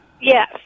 Yes